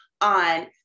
on